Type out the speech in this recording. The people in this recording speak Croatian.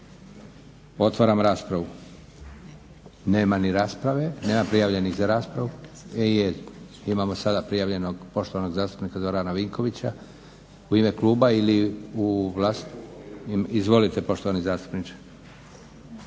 Otvaram raspravu. Nema prijavljenih za raspravu. Imamo sada prijavljenog poštovanog zastupnika Zorana Vinkovića u ime kluba ili u vlastito? Izvolite poštovani zastupniče.